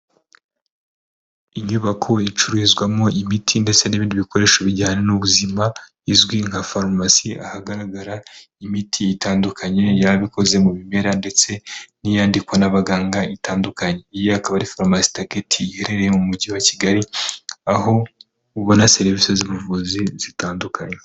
Inyubako icururizwamo imiti ndetse n'ibindi bikoresho bijyanye n'ubuzima izwi nka farumasi, ahagaragara imiti itandukanye, yaba ikoze mu bimera ndetse n'iyandikwa n'abaganga itandukanye. Iyi akaba ari farumasi iherereye mu mujyi wa kigali, aho ubona serivisi z'ubuvuzi zitandukanye.